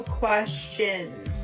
questions